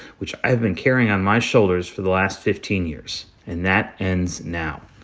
which i have been carrying on my shoulders for the last fifteen years. and that ends now.